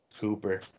Cooper